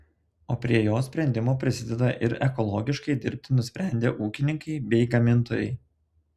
o prie jos sprendimo prisideda ir ekologiškai dirbti nusprendę ūkininkai bei gamintojai